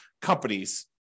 companies